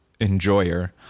enjoyer